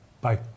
Bye